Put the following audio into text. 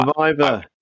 Survivor